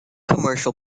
commercial